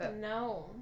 No